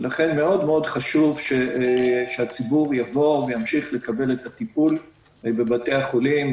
לכן חשוב שהציבור יבוא וימשיך לקבל את הטיפול בבתי החולים,